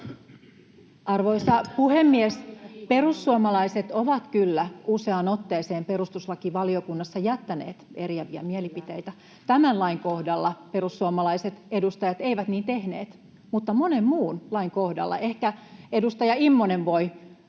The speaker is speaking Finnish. Arvoisa puhemies! Perussuomalaiset ovat kyllä useaan otteeseen perustuslakivaliokunnassa jättäneet eriäviä mielipiteitä. Tämän lain kohdalla perussuomalaiset edustajat eivät niin tehneet, mutta monen muun lain kohdalla. Ehkä edustaja Immonen voi